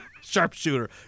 Sharpshooter